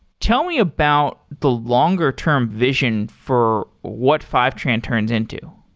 tell me about the longer-term vision for what fivetran turns into.